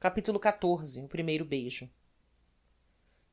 capitulo xiv o primeiro beijo